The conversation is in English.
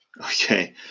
okay